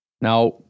Now